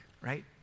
right